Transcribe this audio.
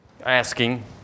asking